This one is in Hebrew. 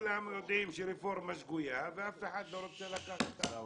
כולם יודעים שהרפורמה שגויה ואף אחד לא רוצה לקחת את האחריות.